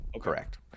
Correct